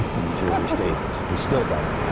in these early stages? we still don't.